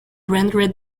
rendered